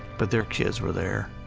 but their kids were there.